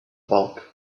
bulk